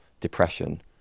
depression